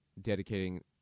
dedicating